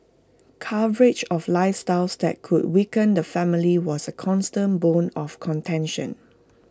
coverage of lifestyles that could weaken the family was A constant bone of contention